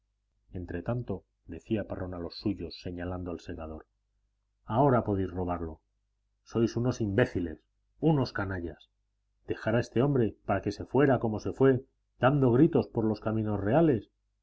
escaparme entretanto decía parrón a los suyos señalando al segador ahora podéis robarlo sois unos imbéciles unos canallas dejar a ese hombre para que se fuera como se fue dando gritos por los caminos reales